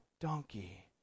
donkey